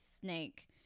snake